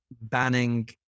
banning